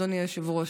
אדוני היושב-ראש.